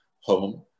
home